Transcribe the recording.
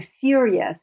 serious